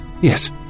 Yes